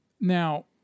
Now